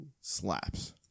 Slaps